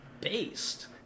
Based